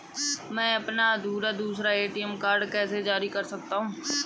मैं अपना दूसरा ए.टी.एम कार्ड कैसे जारी कर सकता हूँ?